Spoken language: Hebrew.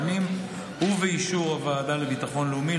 בהסכמת שר הפנים ובאישור הוועדה לביטחון לאומי,